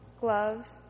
gloves